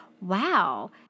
wow